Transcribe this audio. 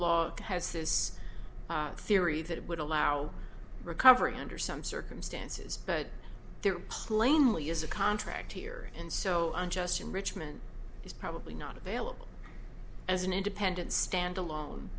law has this theory that it would allow recovery under some circumstances but there plainly is a contract here and so unjust enrichment is probably not available as an independent stand alone